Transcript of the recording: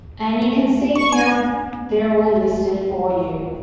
and you can see here they're all listed for you.